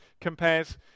compares